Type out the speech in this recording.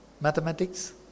mathematics